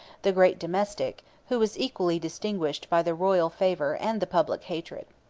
the great domestic, who was equally distinguished by the royal favor and the public hatred.